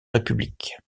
république